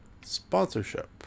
sponsorship